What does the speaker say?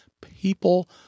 people